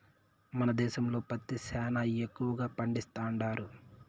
మన దేశంలో పత్తి సేనా ఎక్కువగా పండిస్తండారు